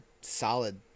solid